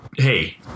Hey